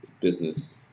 business